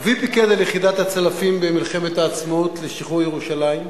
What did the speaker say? אבי פיקד על יחידת הצלפים במלחמת העצמאות לשחרור ירושלים.